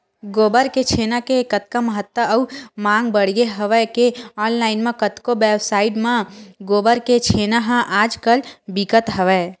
गोबर के छेना के अतका महत्ता अउ मांग बड़गे हवय के ऑनलाइन म कतको वेबसाइड म गोबर के छेना ह आज कल बिकत हवय